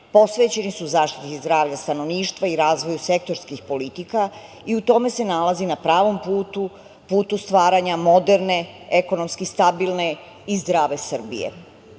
posvećeni su zaštiti zdravlja stanovništva i razvoju sektorskih politika i u tome se nalazi na pravom putu, putu stvaranja moderne, ekonomski stabilne i zdrave Srbije.